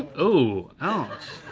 oh, ouch.